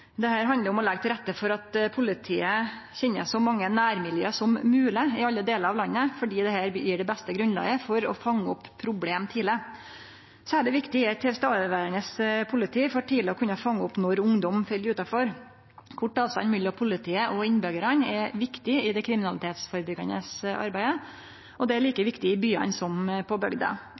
handlar om å leggje til rette for at politiet kan kjenne så mange nærmiljø som mogleg i alle delar av landet, fordi det gjev det beste grunnlaget for å fange opp problem tidleg. Særleg viktig er eit nærverande politi for tidleg å kunne fange opp når ungdom fell utanfor. Kort avstand mellom politiet og innbyggjarane er viktig i det kriminalitetsførebyggjande arbeidet, og det er like viktig i byane som på bygda.